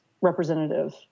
representative